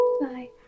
Bye